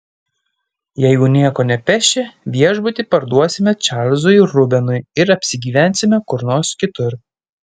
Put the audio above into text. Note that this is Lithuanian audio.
jeigu nieko nepeši viešbutį parduosime čarlzui rubenui ir apsigyvensime kur nors kitur